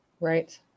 Right